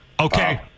Okay